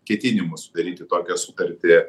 ketinimus sudaryti tokią sutartį